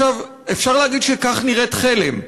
אפשר להגיד שכך נראית חלם,